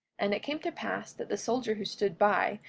and it came to pass that the soldier who stood by,